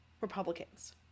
Republicans